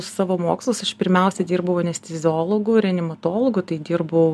savo mokslus aš pirmiausia dirbau anesteziologu reanimatologu tai dirbau